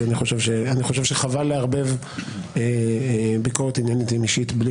אני חושב שחבל לערבב ביקורת עניינית לאישית.